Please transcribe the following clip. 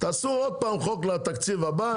תעשו עוד פעם חוק לתקציב הבא,